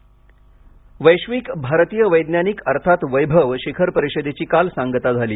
पुरिषद वैश्विक भारतीय वैज्ञानिक अर्थात वैभव शिखर परिषदेची काल सांगता झाली